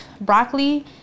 broccoli